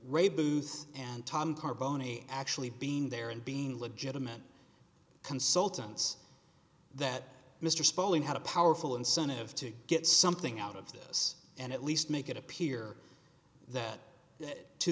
ray booth and tom carbone a actually being there and being legitimate consultants that mr sperling had a powerful incentive to get something out of this and at least make it appear that it to